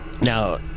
Now